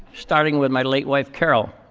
starting with my late wife, carol,